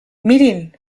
mirin